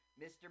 Mr